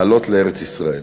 לעלות לארץ-ישראל.